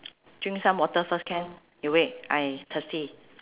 drink some water first can you wait I thirsty